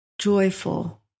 joyful